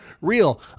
real